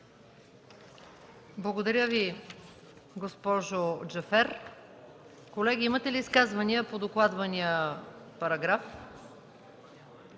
Благодаря Ви, госпожо Джафер. Колеги, има ли изказвания по докладвания параграф?